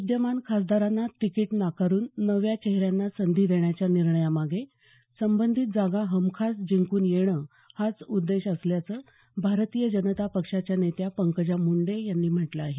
विद्यमान खासदारांना तिकीट नाकारून नव्या चेहऱ्यांना संधी देण्याच्या निर्णयामागे संबंधित जागा हमखास जिंकून येणं हाच उद्देश असल्याचं भारतीय जनता पक्षाच्या नेत्या पंकजा मुंडे यांनी म्हटलं आहे